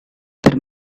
per